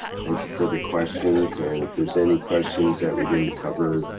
thank you for the questions, and if there's any questions that we didn't cover,